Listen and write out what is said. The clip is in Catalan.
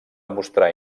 mostrar